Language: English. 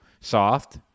soft